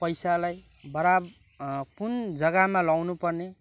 पैसालाई बडा कुन जग्गामा लगाउनुपर्ने